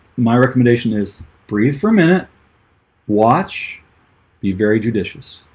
my recommendation is breathe for a minute watch be very judicious